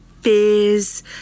fears